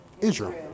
Israel